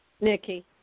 Nikki